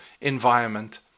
environment